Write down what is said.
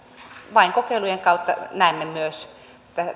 vain kokeilujen kautta näemme myös